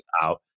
out